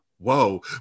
Whoa